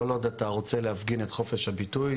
כל עוד אתה רוצה להפגין את חופש הביטוי,